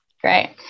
Great